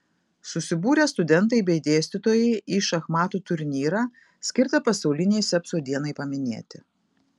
susibūrė studentai bei dėstytojai į šachmatų turnyrą skirtą pasaulinei sepsio dienai paminėti